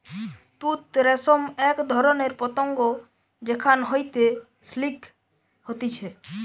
তুত রেশম এক ধরণের পতঙ্গ যেখান হইতে সিল্ক হতিছে